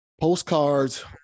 postcards